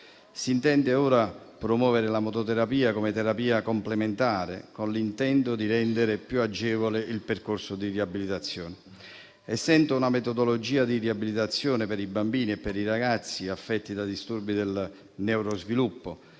Si intende ora promuovere la mototerapia come terapia complementare, con l'intento di rendere più agevole il percorso di riabilitazione. Essendo una metodologia di riabilitazione per i bambini e per i ragazzi affetti da disturbi del neurosviluppo,